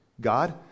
God